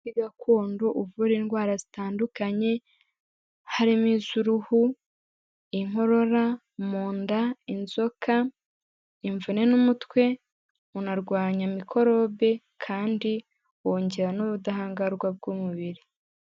Umuti gakondo uvura indwara zitandukanye, harimo iz'uruhu, inkorora, mu nda, inzoka, imvune n'umutwe, unarwanya mikorobe kandi wongera n'ubudahangarwa bw'umubiri.